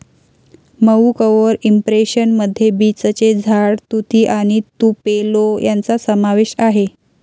मऊ cover impression मध्ये बीचचे झाड, तुती आणि तुपेलो यांचा समावेश आहे